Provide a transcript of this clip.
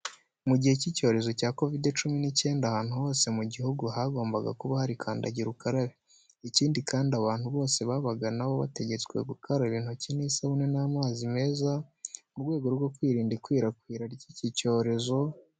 Mu gihe cy'icyorezo cya Covid cumi n'icyenda, ahantu hose mu gihugu hagombaga kuba hari kandagira ukarabe. Ikindi kandi abantu bose babaga na bo bategetswe gukaraba intoki n'isabune n'amazi meza mu rwego rwo kwirinda ikwirakwira ry'iki cyorezo.